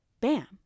bam